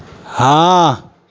हँ